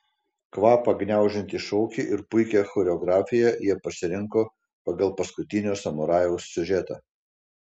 kvapą gniaužiantį šokį ir puikią choreografiją jie pasirinko pagal paskutinio samurajaus siužetą